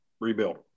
rebuild